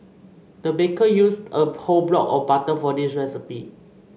the baker used a whole block of butter for this recipe